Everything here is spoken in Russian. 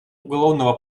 уголовного